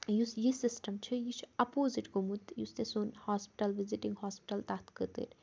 یُس یہِ سِسٹَم چھُ یہِ چھُ اَپوزِٹ گوٚمُت یُس تہِ سون ہاسپِٹَل وِزِٹِنٛگ ہاسپِٹَل تَتھ خٲطٕر